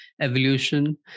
evolution